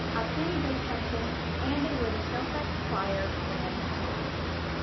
outstanding bass section and they were the show fest choir grand champions.